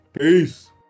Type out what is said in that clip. Peace